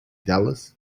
dallas